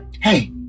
hey